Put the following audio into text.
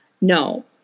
No